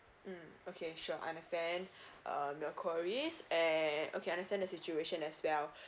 mm okay sure understand um your queries and okay understand the situation as well